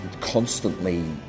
constantly